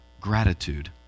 gratitude